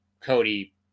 cody